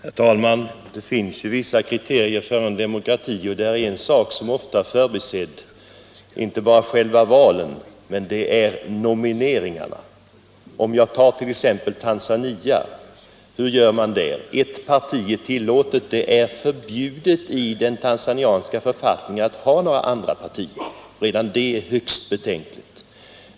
Herr talman! Det finns vissa kriterier för demokrati. En sak som ofta är förbisedd är att man inte bara kan se till själva valen utan också måste ta hänsyn till nomineringarna. Hur gör man t.ex. i Tanzania? Bara ett parti är tillåtet. Andra partier är förbjudna enligt den tanzaniska författningen. Redan det är högst betänkligt.